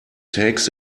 takes